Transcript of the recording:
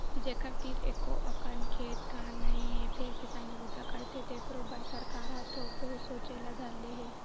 जेखर तीर एको अकन खेत खार नइ हे फेर किसानी बूता करथे तेखरो बर सरकार ह थोक बहुत सोचे ल धर ले हे